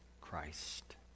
Christ